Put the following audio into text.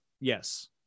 Yes